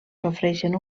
sofreixen